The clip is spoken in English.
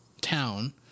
town